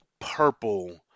purple